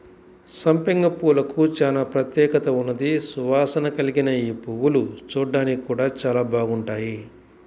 సంపెంగ పూలకు చానా ప్రత్యేకత ఉన్నది, సువాసన కల్గిన యీ పువ్వులు చూడ్డానికి గూడా చానా బాగుంటాయి